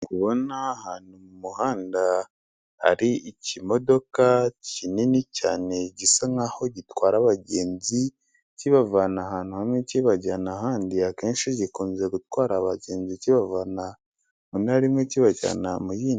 Ndi kubona ahantu mu muhanda hari ikimodoka kinini cyane gisa nk'aho gitwara abagenzi kibavana ahantu hamwe kibajyana ahandi, akenshi gikunze gutwara abagenzi kibavana mu ntara imwe kibajyana mu yindi.